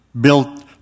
built